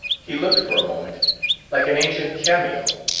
he looked for a moment like an ancient cameo.